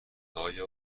آیا